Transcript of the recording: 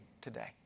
today